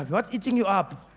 what's eating you up?